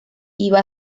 iba